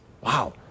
Wow